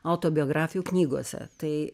autobiografijų knygose tai